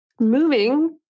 Moving